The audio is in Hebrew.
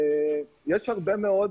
יש הרבה מאוד